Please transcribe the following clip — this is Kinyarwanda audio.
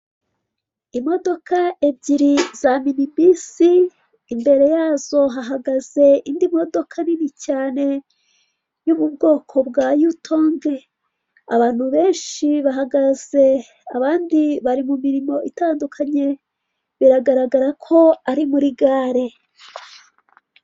Imodoka ebyiri za minibizi, imbere yazo hahagaze indi modoka nini cyane yo mu bwoko bwa yutonge. Abantu benshi bahagaze, abandi bari mu mirimo itandukanye, biragaragara ko ari muri gare.